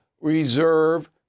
reserve